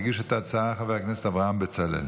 הגיש את ההצעה חבר הכנסת אברהם בצלאל.